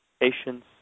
patients